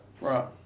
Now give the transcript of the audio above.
Right